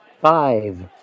Five